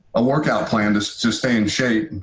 a workout plan is to stay in shape,